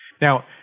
Now